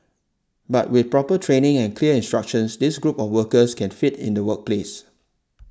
but with proper training and clear instructions this group of workers can fit in the workplace